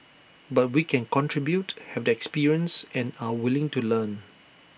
but we can contribute have the experience and are willing to learn